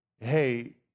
Hey